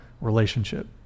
relationship